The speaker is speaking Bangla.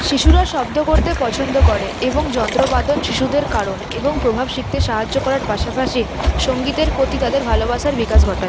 শিশুরা শব্দ করতে পছন্দ করে এবং যন্ত্রবাদন শিশুদের কারণ এবং প্রভাব শিখতে সাহায্য করার পাশাপাশি সঙ্গীতের প্রতি তাদের ভালোবাসার বিকাশ ঘটায়